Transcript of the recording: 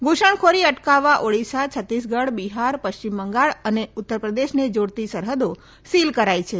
ઘુસણખોરી અટકાવવા ઓડિશા છત્તીસગઢ બિહાર પશ્ચિમ બંગાળ અને ઉત્તરપ્રદેશને જોડતી સરહદો સીલ કરાઇ છે